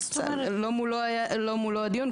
בסדר, לא מולו מתנהל הדיון.